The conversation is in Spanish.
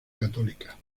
católica